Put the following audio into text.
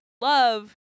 love